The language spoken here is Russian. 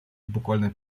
буквально